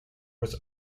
was